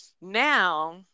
now